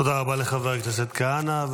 תודה לחבר הכנסת מתן כהנא.